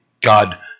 God